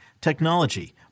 technology